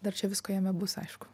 dar čia visko jame bus aišku